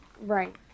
Right